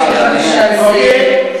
אומרים: כל היישובים מסביב,